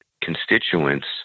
constituents